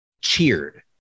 cheered